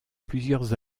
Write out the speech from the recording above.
plusieurs